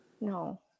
No